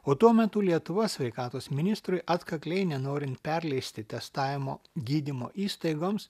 o tuo metu lietuvos sveikatos ministrui atkakliai nenorint perleisti testavimo gydymo įstaigoms